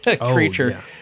creature